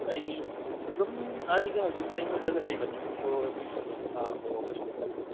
ꯑꯩ ꯑꯗꯨꯝ ꯑꯩꯒ ꯍꯧꯖꯤꯛ ꯃꯩ ꯃꯨꯠꯂꯒ ꯂꯩꯕꯅꯤꯅꯀꯣ ꯑꯗꯨꯝ ꯂꯥꯛꯑꯣ ꯀꯔꯤꯁꯨ ꯀꯥꯏꯗꯦ